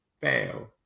fail